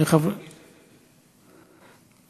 אם תבקש יפה.